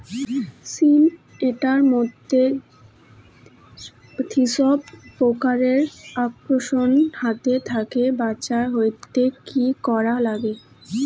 শিম এট মধ্যে থ্রিপ্স পোকার আক্রমণের হাত থাকি বাঁচাইতে কি করা লাগে?